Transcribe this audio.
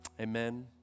Amen